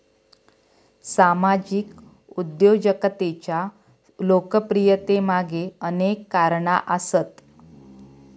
सामाजिक उद्योजकतेच्या लोकप्रियतेमागे अनेक कारणा आसत